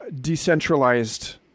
decentralized